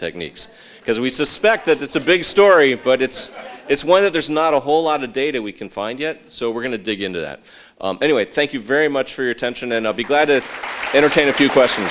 techniques because we suspect that it's a big story but it's it's one that there's not a whole lot of data we can find yet so we're going to dig into that anyway thank you very much for your attention and i'll be glad to entertain a few question